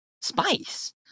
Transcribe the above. Spice